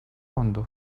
hondo